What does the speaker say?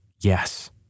Yes